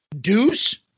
deuce